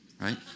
right